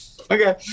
okay